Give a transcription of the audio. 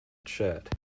shirt